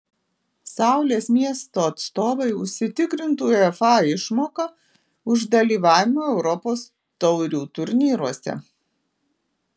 saulės miesto atstovai užsitikrintų uefa išmoką už dalyvavimą europos taurių turnyruose